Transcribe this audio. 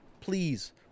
Please